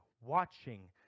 watching